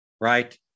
Right